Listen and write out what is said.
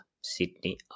Sydney